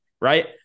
right